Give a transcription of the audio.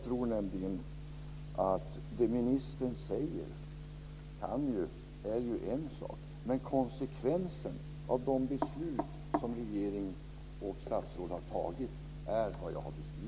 Det som ministern säger är ju en sak. Men konsekvensen av de beslut som regeringen och statsrådet har fattat är den som jag har beskrivit.